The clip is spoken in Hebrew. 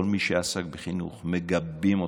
כל מי שעסק בחינוך, מגבים אתכם.